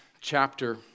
chapter